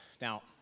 Now